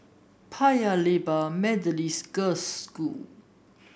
Paya Lebar Methodist Girls' School